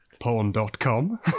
Porn.com